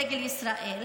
דגל ישראל,